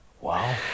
Wow